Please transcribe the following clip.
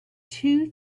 two